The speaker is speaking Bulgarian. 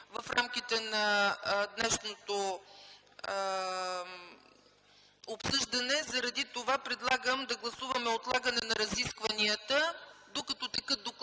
в рамките на днешното обсъждане. Поради това предлагам да гласуваме отлагане на разискванията, докато текат докладите